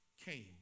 came